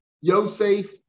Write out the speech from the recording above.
Yosef